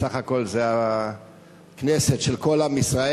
בסך הכול, זאת הכנסת של כל עם ישראל.